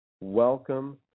Welcome